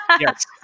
yes